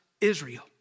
Israel